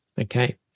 okay